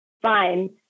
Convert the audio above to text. fine